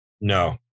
No